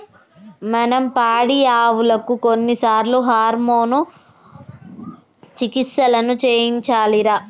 మనం పాడియావులకు కొన్నిసార్లు హార్మోన్ చికిత్సలను చేయించాలిరా